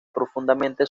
profundamente